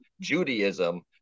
Judaism